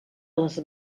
les